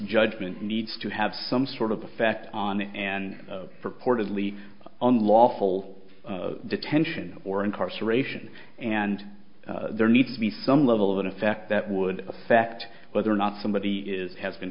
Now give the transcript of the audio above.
judgment needs to have some sort of effect on it and purportedly unlawful detention or incarceration and there needs to be some level of an effect that would affect whether or not somebody is has been